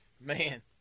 Man